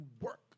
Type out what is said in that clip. work